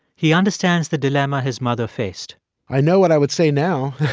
he understands the dilemma his mother faced i know what i would say now.